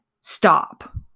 stop